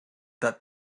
that